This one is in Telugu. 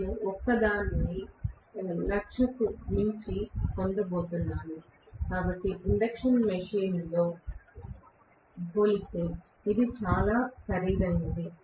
నేను దానిని 1 లక్ష రూపాయలకు మించి పొందబోతున్నాను కాబట్టి ఇండక్షన్ మెషీన్తో పోలిస్తే ఇది చాలా ఖరీదైనది